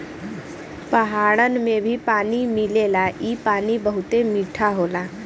पहाड़न में भी पानी मिलेला इ पानी बहुते मीठा होला